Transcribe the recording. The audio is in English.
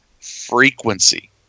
frequency